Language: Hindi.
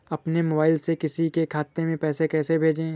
अपने मोबाइल से किसी के खाते में पैसे कैसे भेजें?